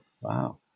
Wow